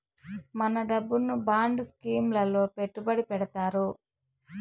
మన డబ్బును bond scheme లలో పెట్టుబడి పెడతారు